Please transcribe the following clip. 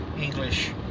English